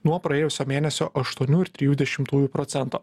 nuo praėjusio mėnesio aštuonių ir trijų dešimtųjų procento